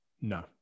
No